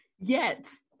Yes